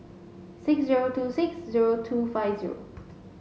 six zero two six zero two five zero